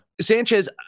sanchez